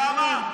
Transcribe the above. למה?